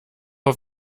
auf